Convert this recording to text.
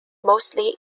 mostly